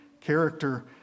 Character